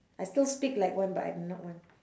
I still speak like one but I'm not one